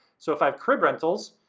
so if i have crib rentals,